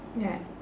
ya